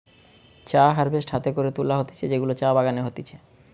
চা হারভেস্ট হাতে করে তুলা হতিছে যেগুলা চা বাগানে হতিছে